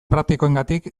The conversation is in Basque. praktikoengatik